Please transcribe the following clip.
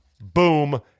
boom